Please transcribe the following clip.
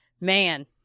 man